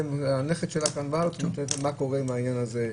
הנכד שלה כאן בארץ שואל מה קורה עם העניין הזה.